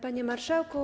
Panie Marszałku!